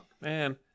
man